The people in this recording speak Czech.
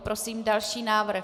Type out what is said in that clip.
Prosím další návrh.